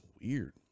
weird